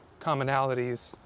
commonalities